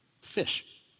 Fish